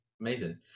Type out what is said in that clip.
Amazing